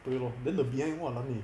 对 lor then the behind walan eh